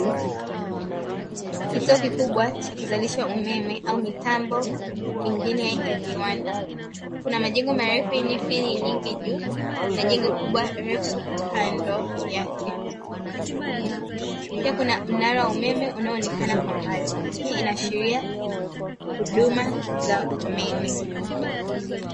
Kituo kikubwa cha kuzalisha umeme au mitambo mingine ya viwanda. Kuna majengo marefu yenye feni nyingi juu, na jengo kubwa refu kando yake. Pia kuna mnara wa umeme unaoonekana kwa mbali. Hii inaashiria huduma za umeme.